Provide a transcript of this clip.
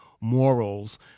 morals